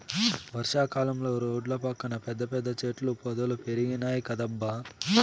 వర్షా కాలంలో రోడ్ల పక్కన పెద్ద పెద్ద చెట్ల పొదలు పెరిగినాయ్ కదబ్బా